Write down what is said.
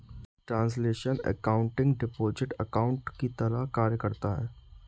translational accounting deposit account की तरह कार्य करता है